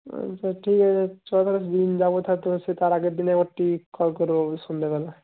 আচ্ছা ঠিক আছে চল তাহলে যাব তার আগেরদিনে একবারটি কল করব সন্ধ্যেবেলা